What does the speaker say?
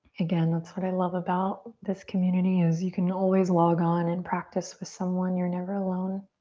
again, that's what i love about this community is you can always log on and practice with someone. you're never alone.